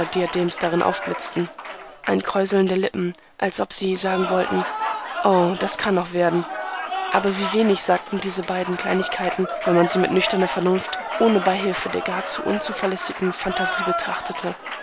darin aufblitzten ein kräuseln der lippen als ob sie sagen wollten o das kann noch werden aber wie wenig sagten diese beiden kleinigkeiten wenn man sie mit nüchterner vernunft ohne beihilfe der gar zu unzuverlässigen phantasie betrachtete